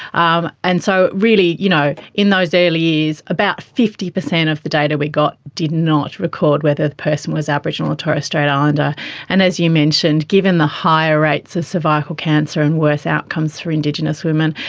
um and so really you know in those early years about fifty percent of the data we got did not record whether the person was aboriginal or torres strait islander and as you mentioned, given the higher rates of cervical cancer and worse outcomes for indigenous women,